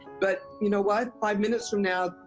but you know what? five minutes from now,